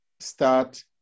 start